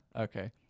Okay